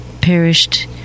perished